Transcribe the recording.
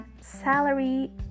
salary